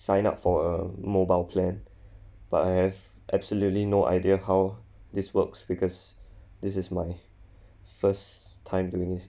sign up for a mobile plan but I've absolutely no idea how this works because this is my first time doing this